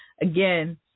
Again